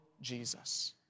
Jesus